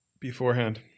beforehand